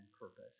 purpose